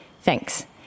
thanks